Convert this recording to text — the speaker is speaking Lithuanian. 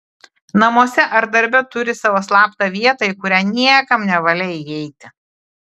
namuose ar darbe turi savo slaptą vietą į kurią niekam nevalia įeiti